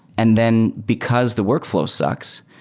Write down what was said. and then because the workflow sucks,